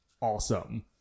awesome